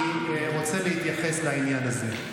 אני רוצה להתייחס לעניין הזה.